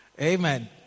Amen